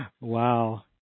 Wow